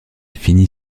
finit